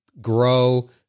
grow